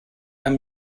amb